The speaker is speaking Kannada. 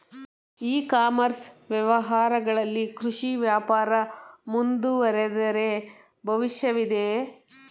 ಇ ಕಾಮರ್ಸ್ ವ್ಯವಹಾರಗಳಲ್ಲಿ ಕೃಷಿ ವ್ಯಾಪಾರ ಮುಂದುವರಿದರೆ ಭವಿಷ್ಯವಿದೆಯೇ?